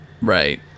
Right